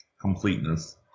Completeness